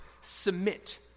submit